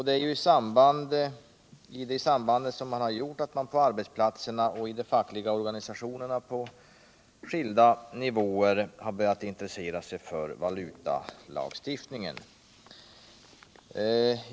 Det är detta samband som har gjort att man på arbetsplatserna och i de fackliga organisationerna på skilda nivåer har börjat intressera sig för valutalagstiftningen.